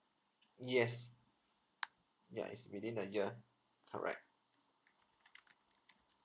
yes ya it's within a year correct